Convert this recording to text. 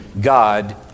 God